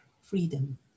freedom